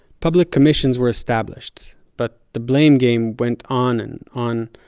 public commissions were established, but the blame game went on and on,